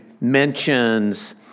mentions